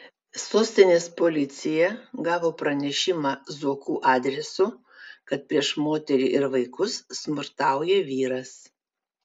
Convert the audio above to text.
sostinės policija gavo pranešimą zuokų adresu kad prieš moterį ir vaikus smurtauja vyras